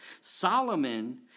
Solomon